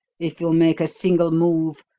if you make a single move,